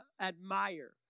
admire